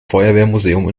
feuerwehrmuseum